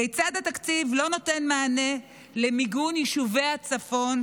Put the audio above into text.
כיצד התקציב לא נותן מענה למיגון יישובי הצפון,